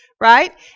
right